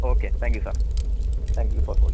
okay thank you sir thank you for calling